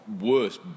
worse